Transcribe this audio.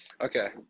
Okay